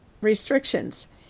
restrictions